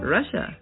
Russia